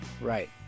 Right